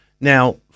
Now